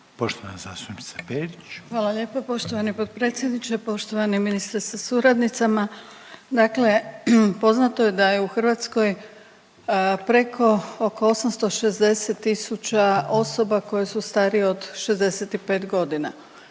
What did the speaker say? Grozdana (HDZ)** Hvala lijepo poštovani potpredsjedniče. Poštovani ministre sa suradnicima, dakle poznato je da je u Hrvatskoj preko, oko 860 tisuća osoba koje su starije od 65.g.,